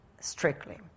strictly